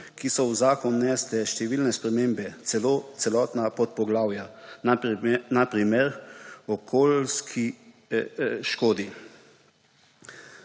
ki so v zakon vnesli številne spremembe, celotna podpoglavja, na primer o okoljski škodi.